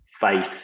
faith